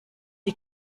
die